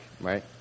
right